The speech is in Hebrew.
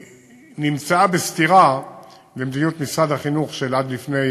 נמצאה בסתירה למדינות משרד החינוך של עד לפני,